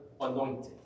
anointed